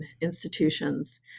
institutions